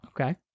Okay